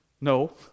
No